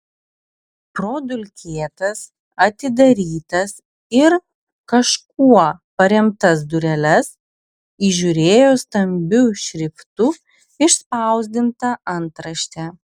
pro dulkėtas atidarytas ir kažkuo paremtas dureles įžiūrėjo stambiu šriftu išspausdintą antraštę